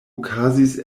okazis